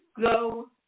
go